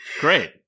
Great